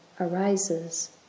arises